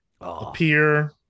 appear